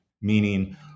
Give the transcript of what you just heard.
meaning